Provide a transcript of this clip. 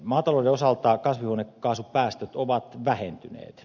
maatalouden osalta kasvihuonekaasupäästöt ovat vähentyneet